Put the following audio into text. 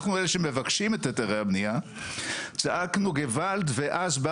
אנחנו אלה שמשתמשים בהיתרי הבניה צעקנו געוואלד ואז בא